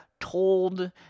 Told